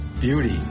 beauty